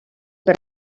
per